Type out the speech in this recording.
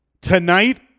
Tonight